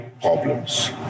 problems